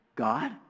God